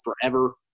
forever